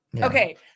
Okay